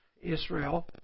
Israel